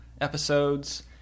episodes